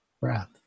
breath